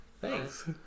Thanks